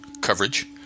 coverage